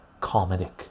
comedic